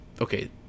okay